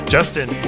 Justin